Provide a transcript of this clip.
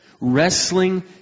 wrestling